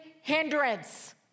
hindrance